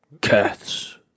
Cats